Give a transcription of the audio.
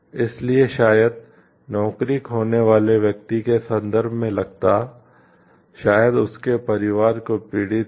इसलिए शायद नौकरी खोने वाले व्यक्ति के संदर्भ में लागत शायद उसके परिवार को पीड़ित हो